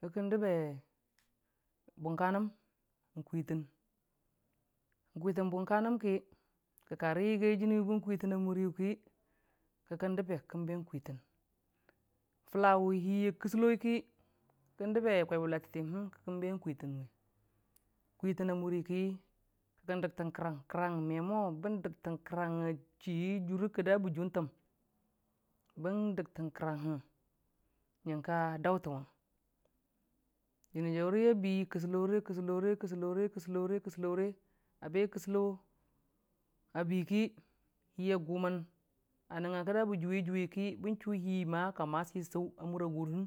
ki kən dəbe bʊmkanəm kwilən, kwitən bʊmkanəm ki, ki karə yagi jəni bən kwitəna mʊriyʊ ki, ki kən dəbe be kwitən fʊla wʊ hi a kəsəloi ki ki kən dəbe kwai bə latəlyəmbe ki kən be en kwitən kwitən a mʊri ki, ki kən dəgtən kərang jʊre kida bə jʊ təm, bən dəgtən kəranghəng nyənka daulən wʊng jəni jauri hi a bi kəsə lore kəsəlore kəsəlorə a be kəsəlo a be bi ki, hi a gʊmən a nəngnga kida bə jʊwe- jʊwe ki bən chu hi, hi ka masi sau a muri a gurhən.